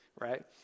right